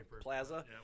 Plaza